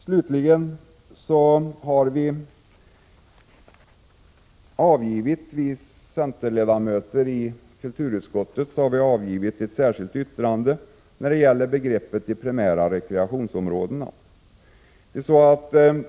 Slutligen har vi centerledamöter i kulturutskottet avgivit ett särskilt yttrande när det gäller begreppet primära rekreationsområden.